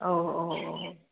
औ औ औ